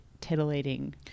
titillating